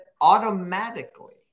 automatically